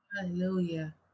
Hallelujah